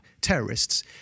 terrorists